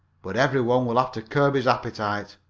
but every one will have to curb his appetite.